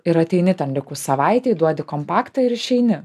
ir ateini ten likus savaitei duodi kompaktą ir išeini